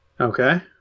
Okay